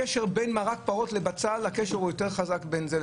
הקשר בין מרק פרות לבצל יותר חזק מזה.